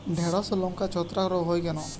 ঢ্যেড়স ও লঙ্কায় ছত্রাক রোগ কেন হয়?